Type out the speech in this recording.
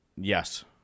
Yes